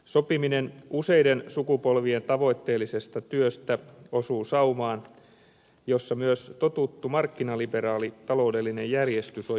sopiminen useiden sukupolvien tavoitteellisesta työstä osuu saumaan jossa myös totuttu markkinaliberaali taloudellinen järjestys on järkkynyt